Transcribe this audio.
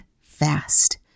fast